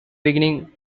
beginning